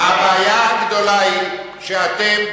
הבעיה הגדולה היא שאתם,